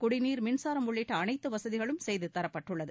குடிநீர் மின்சாரம் உள்ளிட்ட அனைத்து வசதிகளும் செய்து தரப்பட்டுள்ளது